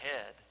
ahead